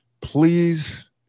please